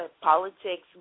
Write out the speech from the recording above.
politics